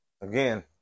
again